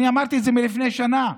אמרתי את זה לפני שנה,